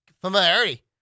Familiarity